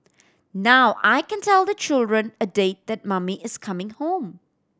now I can tell the children a date that mummy is coming home